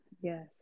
Yes